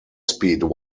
speed